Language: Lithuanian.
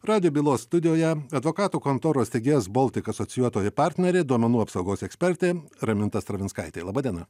radijo bylos studijoje advokatų kontoros steigėjas baltic asocijuotoji partnerė duomenų apsaugos ekspertė raminta stravinskaitė laba diena